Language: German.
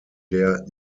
der